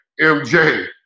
MJ